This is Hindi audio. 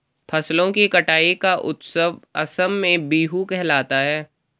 फसलों की कटाई का उत्सव असम में बीहू कहलाता है